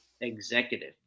executive